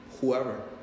whoever